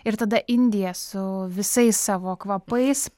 ir tada indija su visais savo kvapais